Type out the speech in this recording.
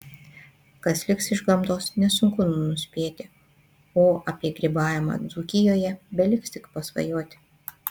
kas liks iš gamtos nesunku nuspėti o apie grybavimą dzūkijoje beliks tik pasvajoti